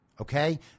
Okay